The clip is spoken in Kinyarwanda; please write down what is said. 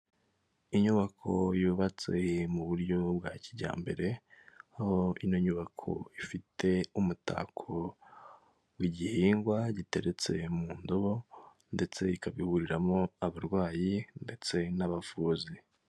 Inyubako yubatswe mu buryo bwa kijyambere, aho ino nyubako ifite umutako w'igihingwa giteretse mu ndobo ndetse ikaba ihuriramo abarwayi ndetse n'abavuzi.